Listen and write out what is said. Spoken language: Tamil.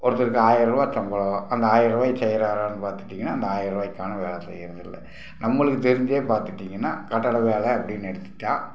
ஒருத்தருக்கு ஆயரரூவா சம்பளம் அந்த ஆயரரூவாய்க்கு செய்கிறாரான்னு பார்த்துட்டிங்கன்னா அந்த ஆயரரூவாக்கான வேலை செய்யறதில்ல நம்மளுக்கு தெரிஞ்சே பார்த்துட்டிங்கன்னா கட்டட வேலை அப்படின்னு எடுத்துட்டால்